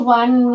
one